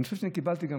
אני חושב שקיבלתי גם,